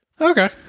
Okay